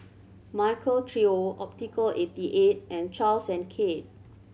Michael Trio Optical eighty eight and Charles and Keith